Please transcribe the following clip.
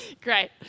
Great